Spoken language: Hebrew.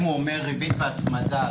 הוא אומר ריבית והצמדה,